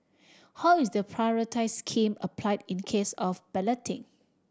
how is the priority scheme applied in case of balloting